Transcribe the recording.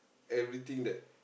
everything that